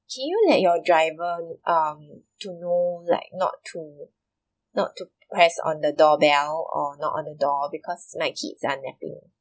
can you let your driver um to know like not to not to press on the doorbell or knock on the door because my kids are napping